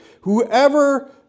Whoever